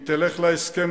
אם תלך להסכם,